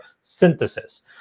synthesis